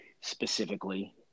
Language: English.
specifically